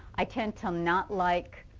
i tend to not like